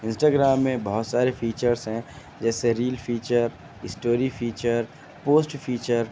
Instagram میں بہت سارے فیچرس ہیں جیسے reel feature story feature post feature